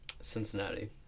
Cincinnati